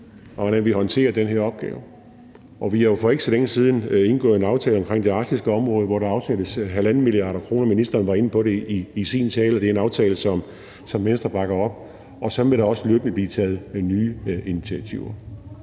om, hvordan vi håndterer den her opgave. Vi har jo for ikke så længe siden indgået en aftale om det arktiske område, hvor der afsættes 1,5 mia. kr. – ministeren var inde på det i sin tale – og det er en aftale, som Venstre bakker op, og sådan vil der også løbende blive taget nye initiativer.